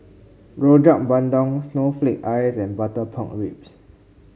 Rojak Bandung Snowflake Ice and Butter Pork Ribs